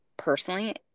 Personally